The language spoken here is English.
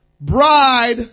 bride